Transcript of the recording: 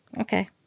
Okay